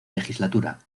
legislatura